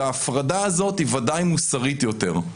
וההפרדה הזאת היא ודאי מוסרית יותר.